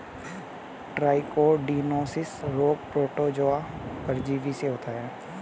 trichodinosis रोग protozoa परजीवी से होता है